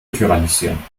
tyrannisieren